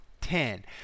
ten